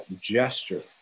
gesture